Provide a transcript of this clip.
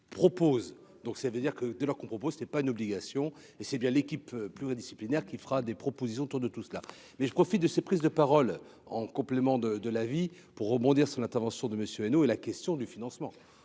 propose donc ça veut dire que de leur qu'on propose, ce n'est pas une obligation, et c'est bien l'équipe pluridisciplinaire qui fera des propositions autour de tout cela mais je profite de ces prises de parole en complément de de la vie pour rebondir sur l'intervention de Monsieur Annaud et la question du financement